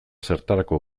zertarako